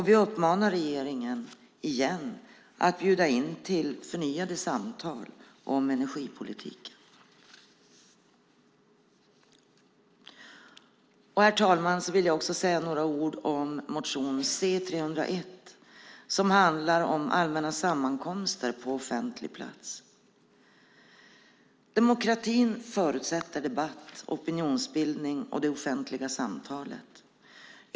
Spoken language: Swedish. Vi uppmanar regeringen igen att bjuda in till förnyade samtal om energipolitiken. Herr talman! Jag ska också säga några ord om motion C301 som handlar om allmänna sammankomster på offentlig plats. Demokratin förutsätter debatt, opinionsbildning och det offentliga samtalet.